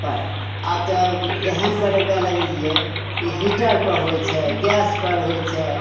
पर आब तऽ एहन बनबे लगलियै कि हीटर पर होइ छै गैस पर होइ छै